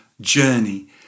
journey